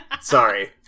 Sorry